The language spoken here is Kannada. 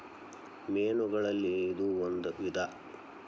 ಮೇನುಗಳಲ್ಲಿ ಇದು ಒಂದ ವಿಧಾ